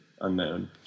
unknown